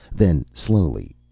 then, slowly.